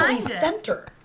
center